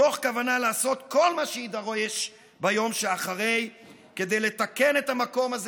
מתוך כוונה לעשות ביום שאחרי כל מה שיידרש כדי לתקן את המקום הזה